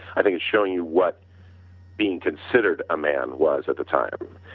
i think it's showing you what being considered a man was at the time.